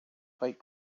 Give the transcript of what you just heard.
fight